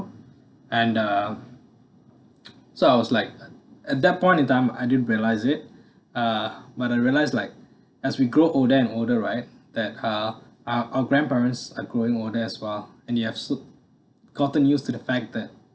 and uh so I was like at that point in time I didn't realise it uh but I realise like as we grow older and older right that uh our our grandparents are growing older as well and you have so gotten used to the fact that